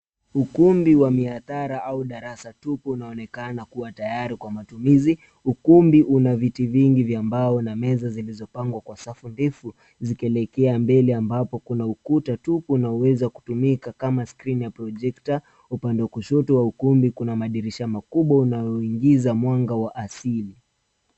Ukumbi wa mihadhara au darasa tupu, unaonekana kuwa tayari kwa matumizi. Ukumbi una viti vingi vya mbao na meza zilizopangwa kwa safu ndefu zikielekea mbele ambapo kuna ukuta tupu unaoweza kutumika kama skrini ya projector . Upande wa kushoto wa ukumbi kuna madirisha makubwa unaoingiza mwanga wa asili.